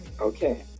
Okay